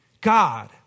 God